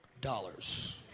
dollars